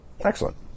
Excellent